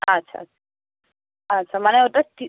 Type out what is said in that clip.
আচ্ছা আচ্ছা আচ্ছা মানে ওটা কি